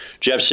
Jeff